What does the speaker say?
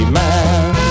man